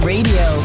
Radio